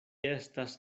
estas